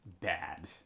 bad